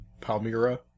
Palmyra